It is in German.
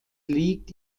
liegt